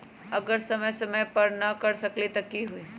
अगर समय समय पर न कर सकील त कि हुई?